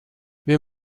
wir